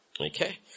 Okay